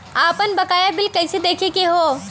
आपन बकाया बिल कइसे देखे के हौ?